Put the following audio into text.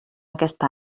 aquesta